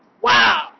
Wow